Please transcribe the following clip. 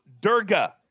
Durga